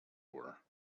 were